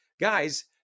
guys